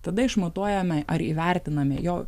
tada išmatuojame ar įvertiname jo